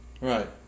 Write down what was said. Right